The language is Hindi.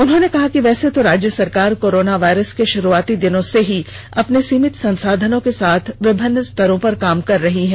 उन्होंने कहा कि वैसे तो राज्य सरकार कोरोना वायरस के शुरूआती दिनों से ही अपने सीमित संसाधनों के साथ विभिन्न स्तरों पर काम कर रही है